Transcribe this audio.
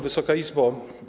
Wysoka Izbo!